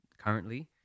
currently